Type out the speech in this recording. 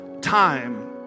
time